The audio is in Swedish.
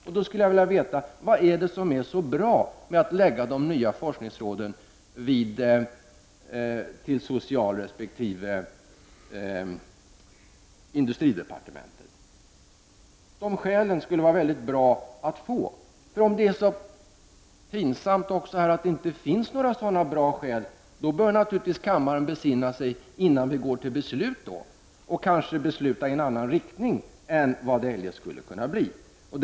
Jag skulle vilja veta vad det är som är så bra med att lägga de nya forskningsråden vid socialresp. industridepartementet. De skälen skulle vara mycket bra att få. Om det är så pinsamt även här, att det inte finns några sådana bra skäl, bör naturligtvis kammaren besinna sig innan vi går till beslut och kanske besluta i en annan riktning än som eljest skulle kunna bli fallet.